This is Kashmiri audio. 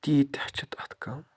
تیٖتیاہ چھِ تَتھ کَم